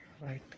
Right